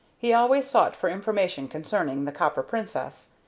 he always sought for information concerning the copper princess,